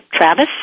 Travis